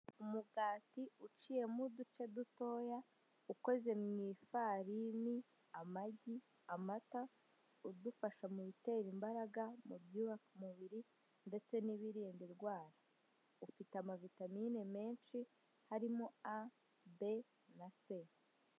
Umugati uciyemo uduce dutoya, ukoze mu ifarini, amagi, amata, udufasha mu bitera imbaraga, mu byubaka umubiri ndetse n'Ibirinda indwara. Ufite amavitamine menshi, harimo A, B na C.